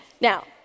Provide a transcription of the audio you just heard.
Now